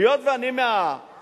היות שאני מהאופוזיציה,